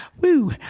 Woo